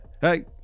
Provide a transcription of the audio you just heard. Hey